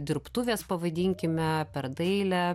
dirbtuvės pavaidinkime per dailę